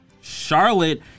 Charlotte